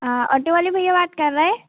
हाँ ऑटो वाले भैया बात कर रहे